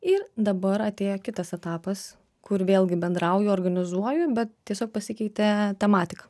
ir dabar atėjo kitas etapas kur vėlgi bendrauju organizuoju bet tiesiog pasikeitė tematika